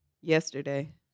yesterday